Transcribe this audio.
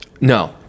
No